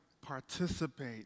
participate